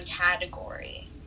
category